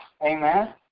Amen